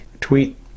tweet